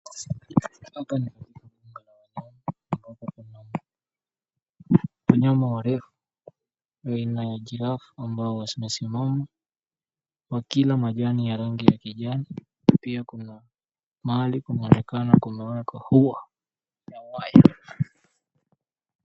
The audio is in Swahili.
Hapa ni mbuga la wanyama lina wanyama warefu aina ya giraffe ambao wamesimama wakila majani ya rangi ya kijani pia kuna mahali kunaonekana kumewekwa ua ya waya.